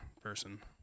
person